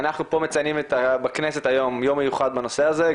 ואנחנו פה מציינים בכנסת היום יום מיוחד בנושא הזה.